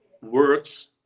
works